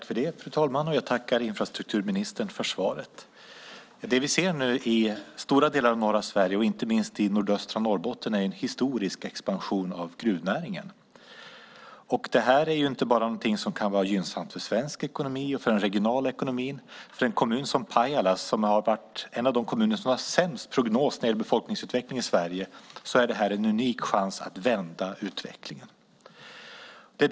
Fru talman! Jag tackar infrastrukturministern för svaret. Det vi ser nu i stora delar av norra Sverige, och inte minst i nordöstra Norrbotten, är en historisk expansion av gruvnäringen. Detta är inte bara någonting som kan vara gynnsamt för svensk ekonomi och för den regionala ekonomin. För en kommun som Pajala, som har varit en av de kommuner som har haft sämst prognos när det gäller befolkningsutveckling i Sverige, är det här en unik chans att vända utvecklingen.